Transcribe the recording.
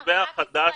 ברשותך,